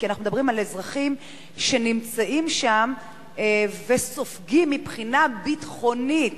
כי אנחנו מדברים על אזרחים שנמצאים שם וסופגים מבחינה ביטחונית